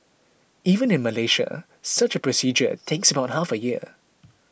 even in Malaysia such a procedure takes about half a year